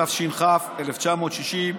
התש"ך 1960,